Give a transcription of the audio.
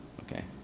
okay